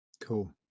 Cool